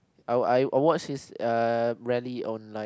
I I I watch his uh rally on like